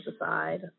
aside